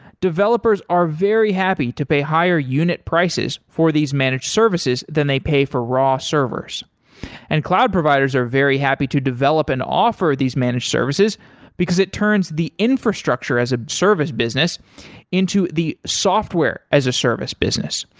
developers are very happy to pay higher unit prices for these managed services than they pay for raw servers and cloud providers are very happy to develop and offer these managed services because it turns the infrastructure as a service business into the software as a service business.